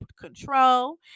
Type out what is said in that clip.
control